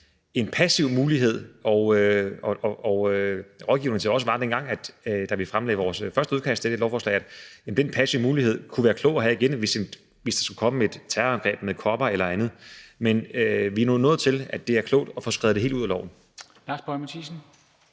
en passiv mulighed. Rådgivningen til os, dengang vi fremlagde vores første udkast til det lovforslag, var, at den passive mulighed kunne være klog at have igen, hvis der skulle komme et terrorangreb med kopper eller andet. Men vi er nu nået til, at det er klogt at få skrevet det helt ud af loven. Kl.